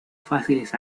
fáciles